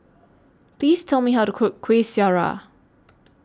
Please Tell Me How to Cook Kuih Syara